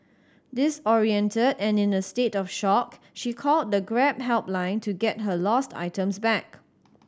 disoriented and in a state of shock she called the Grab helpline to get her lost items back